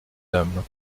dames